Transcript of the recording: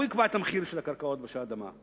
הוא יקבע את המחיר של הקרקעות ושל האדמה.